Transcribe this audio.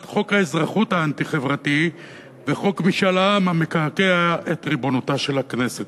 חוק האזרחות האנטי-חברתי וחוק משאל העם המקעקע את ריבונותה של הכנסת.